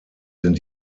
sind